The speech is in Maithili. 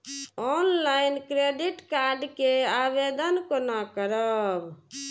ऑनलाईन क्रेडिट कार्ड के आवेदन कोना करब?